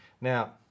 Now